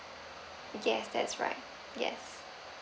yes that's right yes